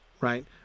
right